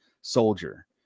soldier